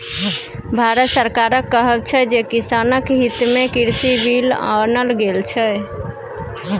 भारत सरकारक कहब छै जे किसानक हितमे कृषि बिल आनल गेल छै